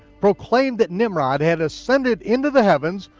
proclaimed that nimrod had ascended into the heavens,